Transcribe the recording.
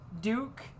Duke